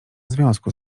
związku